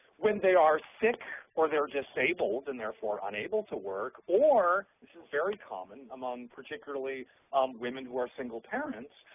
when they are sick or they're disabled, and therefore unable to work, or, this is very common among particularly women who are single parents,